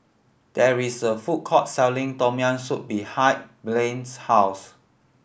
there is a food court selling Tom Yam Soup behind Blaine's house